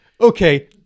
okay